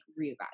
reevaluate